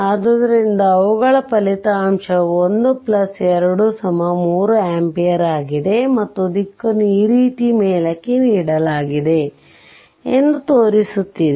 ಆದ್ದರಿಂದ ಅವುಗಳ ಫಲಿತಾಂಶವು 1 2 3 ampere ಆಗಿದೆ ಮತ್ತು ದಿಕ್ಕನ್ನು ಈ ರೀತಿ ಮೇಲಕ್ಕೆ ನೀಡಲಾಗಿದೆ ಎಂದು ತೋರಿಸುತ್ತಿದೆ